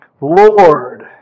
Lord